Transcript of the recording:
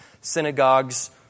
synagogues